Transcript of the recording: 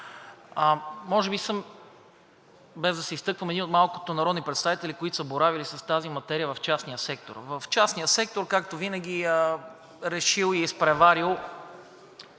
Може би съм, без да се изтъквам, един от малкото народни представители, които са боравили с тази материя в частния сектор. В частния сектор – както винаги, решил и изпреварил